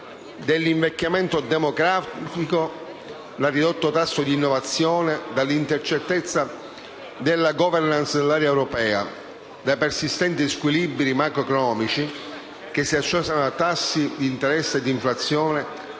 dall'invecchiamento demografico, dal ridotto tasso di innovazione, dall'incertezza sulla *governance* dell'area europea e dai persistenti squilibri macroeconomici, che si associano a tassi di interesse e d'inflazione su